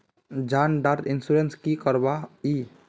जान डार इंश्योरेंस की करवा ई?